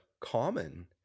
common